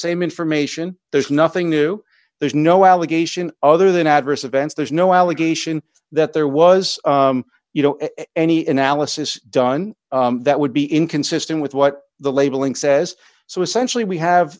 same information there's nothing new there's no allegation other than adverse events there's no allegation that there was you know any analysis done that would be inconsistent with what the labeling says so essentially we have